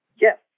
Yes